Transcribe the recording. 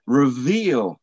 reveal